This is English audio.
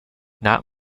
not